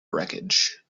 wreckage